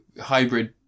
hybrid